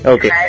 Okay